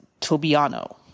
tobiano